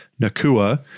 Nakua